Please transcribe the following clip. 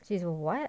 this is what